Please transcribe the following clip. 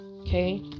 okay